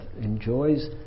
enjoys